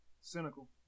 cynical